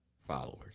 Followers